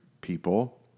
people